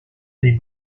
dei